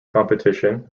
competition